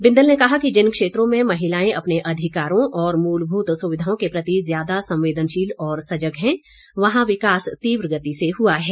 बिंदल ने कहा कि जिन क्षेत्रों में महिलाएं अपने अधिकारों और मूलभूत सुविधाओं के प्रति ज्यादा संवेदनशील और सजग हैं वहां विकास तीव्र गति से हुआ है